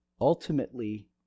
ultimately